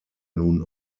nun